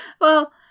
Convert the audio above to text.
Well-